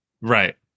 Right